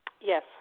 Yes